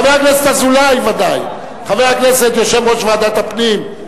חבר הכנסת אזולאי, ודאי, יושב-ראש ועדת הפנים.